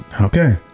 Okay